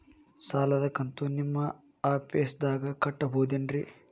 ಸಾಲದ ಕಂತು ನಿಮ್ಮ ಆಫೇಸ್ದಾಗ ಕಟ್ಟಬಹುದೇನ್ರಿ?